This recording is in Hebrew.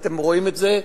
ואתם רואים את זה,